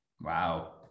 Wow